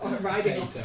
riding